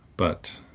but,